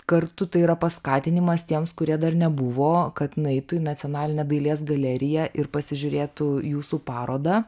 kartu tai yra paskatinimas tiems kurie dar nebuvo kad nueitų į nacionalinę dailės galeriją ir pasižiūrėtų jūsų parodą